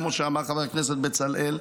כמו שאמר חבר הכנסת בצלאל,